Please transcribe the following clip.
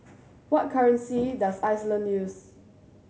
what currency does Iceland use